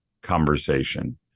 conversation